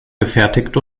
gefertigt